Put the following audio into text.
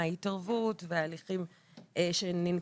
מההתערבות וההליכים שננקטו.